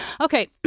Okay